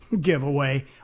giveaway